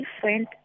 friend